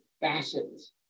facets